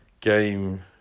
game